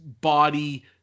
body